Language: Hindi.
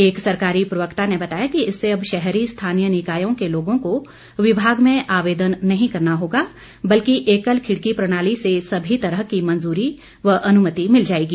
एक सरकारी प्रवक्ता ने बताया कि इससे अब शहरी स्थानीय निकायों के लोगों को विभाग में आवेदन नहीं करना होगा बल्कि एकल खिड़की प्रणाली से सभी तरह की मंजूरी व अनुमति मिल जाएगी